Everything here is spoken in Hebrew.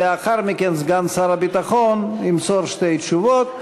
לאחר מכן סגן שר הביטחון ימסור שתי תשובות,